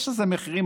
יש לזה מחירים,